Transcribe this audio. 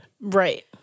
Right